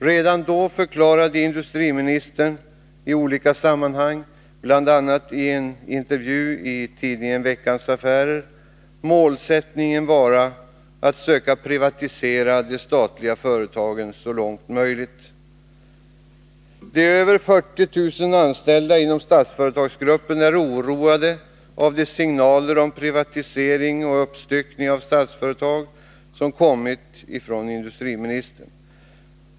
Redan då förklarade industriministern i olika sammanhang, bl.a. i enintervjuitidningen Veckans Affärer, målsättningen vara att så långt som möjligt söka privatisera de statliga företagen. 15 De över 40 000 anställda inom Statsföretagsgruppen är oroade av de signaler om privatisering och uppstyckning av Statsföretag som har kommit från industriministern.